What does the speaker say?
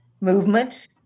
movement